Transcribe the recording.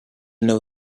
know